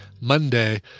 Monday